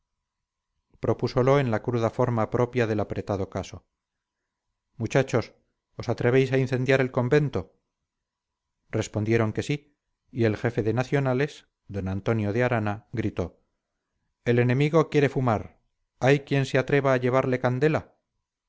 arechavala propúsolo en la cruda forma propia del apretado caso muchachos os atrevéis a incendiar el convento respondieron que sí y el jefe de nacionales d antonio de arana gritó el enemigo quiere fumar hay quien se atreva a llevarle candela